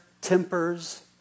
tempers